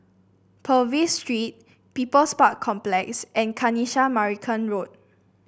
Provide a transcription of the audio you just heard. Purvis Street People's Park Complex and Kanisha Marican Road